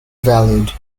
valued